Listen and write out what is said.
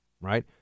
right